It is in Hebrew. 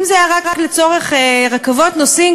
אם זה היה רק לצורך רכבות נוסעים,